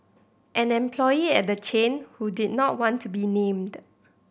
an employee at the chain who did not want to be named